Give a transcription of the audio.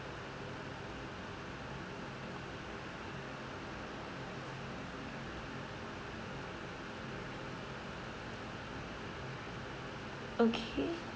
okay